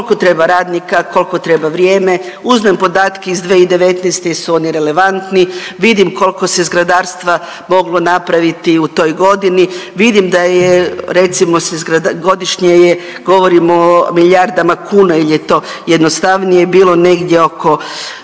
kolko treba radnika, kolko treba vrijeme, uzmem podatke iz 2019. jel su oni relevantni, vidim kolko se zgradarstva moglo napraviti u toj godini, vidim da je, recimo godišnje je, govorimo o milijardama kuna jel je to jednostavnije bilo, negdje oko,